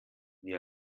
wie